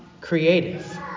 creative